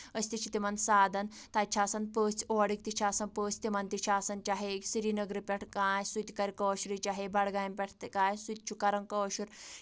أسۍ تہِ چھِ تِمَن سادان تَتہِ چھِ آسان پٔژھۍ اورٕکۍ تہِ چھِ آسان پٔژھ تِمَن تہِ چھِ آسان چاہے سری نَگرٕ پٮ۪ٹھ کانٛہہ آسہِ سُہ تہِ کرِ کٲشرُے چاہے بڈگام پٮ۪ٹھ تہِ آسہِ سُہ تہِ چھُ کَران کٲشُر